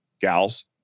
gals